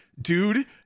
Dude